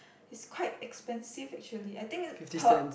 it's quite expensive actually I think it's per